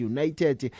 United